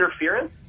interference